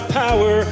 power